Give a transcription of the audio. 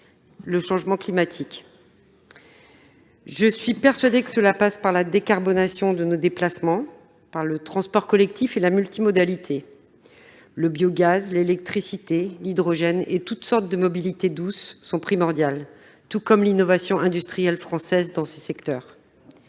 le changement climatique. Je suis persuadée que cela passe par la décarbonation de nos déplacements, le transport collectif et la multimodalité. Le biogaz, l'électricité, l'hydrogène et toutes sortes de mobilités douces sont primordiaux, tout comme l'innovation industrielle française dans ces secteurs.